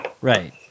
Right